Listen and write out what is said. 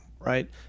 Right